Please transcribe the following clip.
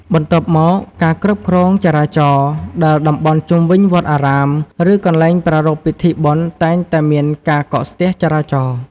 បន្ទាប់មកការគ្រប់គ្រងចរាចរណ៍ ដែលតំបន់ជុំវិញវត្តអារាម ឬកន្លែងប្រារព្ធពិធីបុណ្យតែងតែមានការកកស្ទះចរាចរណ៍។